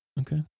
Okay